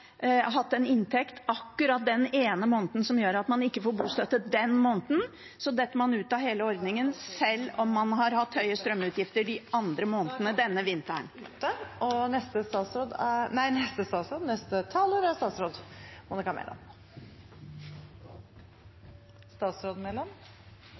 hatt en inntekt akkurat den ene måneden som gjør at man ikke får bostøtte den måneden , selv om man har hatt høye strømutgifter de andre månedene denne vinteren. Da er taletiden ute. Som jeg sa i replikkordskiftet, er